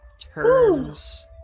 turns